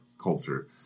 culture